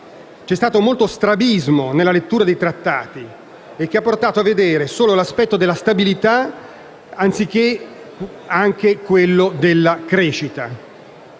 C'è stato molto strabismo nella lettura dei Trattati che ha portato a vedere solo l'aspetto della stabilità, anziché anche quello della crescita.